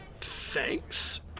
Thanks